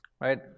right